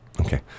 okay